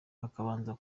hakabanza